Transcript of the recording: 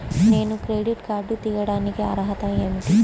నేను credit card తీయడానికి అర్హత ఏమిటి?